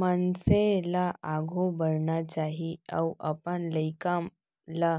मनसे ल आघू बढ़ना चाही अउ अपन लइका ल